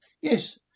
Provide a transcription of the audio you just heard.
Yes